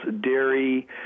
dairy